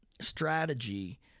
strategy